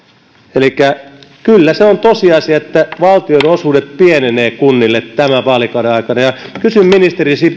elikkä kyllä se on tosiasia että valtionosuudet kunnille pienenevät tämän vaalikauden aikana ja kysyn ministeri